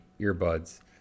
earbuds